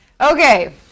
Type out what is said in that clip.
Okay